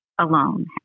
alone